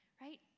right